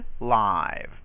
live